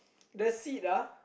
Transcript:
the seat ah